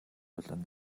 болон